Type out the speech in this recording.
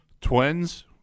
Twins